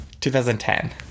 2010